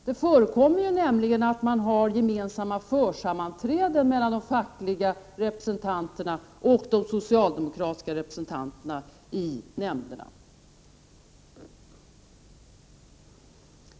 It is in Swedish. Det förekommer redan gemensamma försammanträden mellan de fackliga representanterna och de socialdemokratiska representanterna i nämnderna.